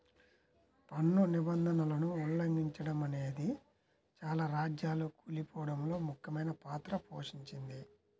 పన్ను నిబంధనలను ఉల్లంఘిచడమనేదే చాలా రాజ్యాలు కూలిపోడంలో ముఖ్యమైన పాత్ర పోషించింది